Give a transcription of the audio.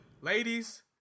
Ladies